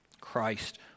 Christ